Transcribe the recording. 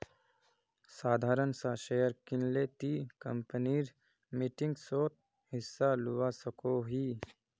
साधारण सा शेयर किनले ती कंपनीर मीटिंगसोत हिस्सा लुआ सकोही